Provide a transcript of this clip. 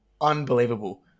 unbelievable